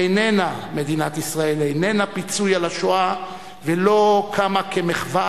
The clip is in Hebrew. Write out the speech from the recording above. איננה פיצוי על השואה ולא קמה כ"מחווה